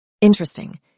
Interesting